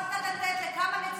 יכולת לתת לכמה נציגים,